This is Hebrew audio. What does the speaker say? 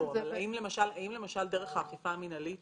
האם דרך האכיפה המינהלית